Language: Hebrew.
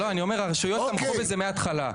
אני אומר שהרשויות תמכו בזה מהתחלה.